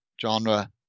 genre